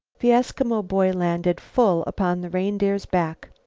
the eskimo boy landed full upon the reindeer's back.